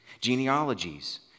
genealogies